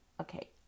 okay